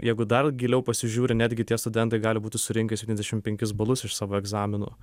jeigu dar giliau pasižiūri netgi tie studentai gali būti surinkę septyniasdešim penkis balus iš savo egzaminų